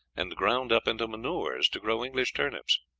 and ground up into manures to grow english turnips.